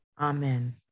Amen